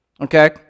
Okay